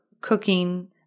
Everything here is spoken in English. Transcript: cooking